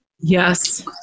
Yes